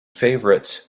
favorites